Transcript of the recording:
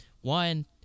One